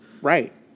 Right